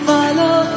Follow